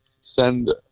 send